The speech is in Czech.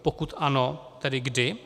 Pokud ano, tedy kdy?